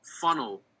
funnel